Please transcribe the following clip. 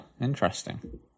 interesting